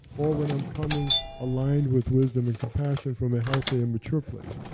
or when i'm coming aligned with wisdom and compassion, from a healthy and mature place.